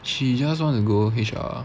she just want to go H_R